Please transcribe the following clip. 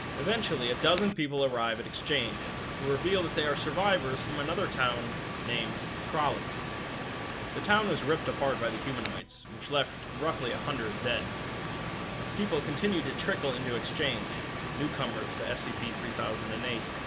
eventually, a dozen people arrive at exchange, who reveal that they are survivors from another town named trolleys the town was ripped apart by the humanoids, which left roughly a hundred dead people continued to trickle in to exchange newcomers to scp three thousand and eight,